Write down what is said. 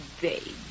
Baby